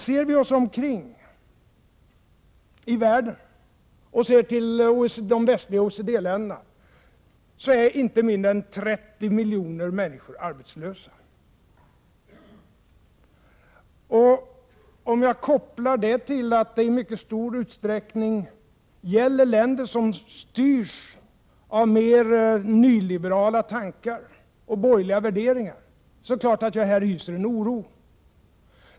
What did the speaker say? Ser vi till situationen i de västliga OECD-länderna, finner vi att inte mindre än 30 miljoner människor är arbetslösa där. Om jag kopplar detta till det faktum att det är länder som i mycket stor utsträckning styrs av mer nyliberala tankar och borgerliga värderingar, så är det klart att jag hyser oro.